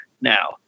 now